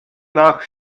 nach